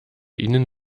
ihnen